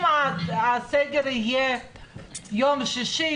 אם הסגר יהיה יום שישי,